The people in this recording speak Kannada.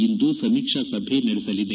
ಇಂದು ಸಮೀಕ್ಷಾ ಸಭೆ ನಡೆಸಲಿದೆ